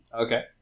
Okay